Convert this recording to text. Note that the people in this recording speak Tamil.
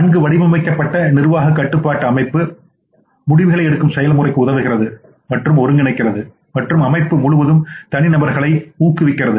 நன்கு வடிவமைக்கப்பட்ட நிர்வாக கட்டுப்பாட்டு அமைப்பு முடிவுகளை எடுக்கும் செயல்முறைக்கு உதவுகிறது மற்றும் ஒருங்கிணைக்கிறது மற்றும் அமைப்பு முழுவதும் தனிநபர்களை ஊக்குவிக்கிறது